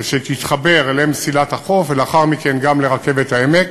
שתתחבר למסילת החוף, ולאחר מכן גם לרכבת העמק.